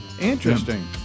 Interesting